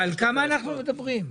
על כמה אנחנו מדברים?